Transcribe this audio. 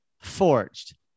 Forged